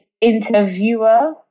interviewer